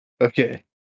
Okay